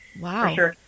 wow